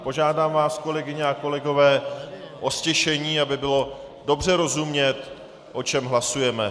Požádám vás, kolegyně a kolegové o ztišení, aby bylo dobře rozumět, o čem hlasujeme.